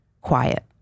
quiet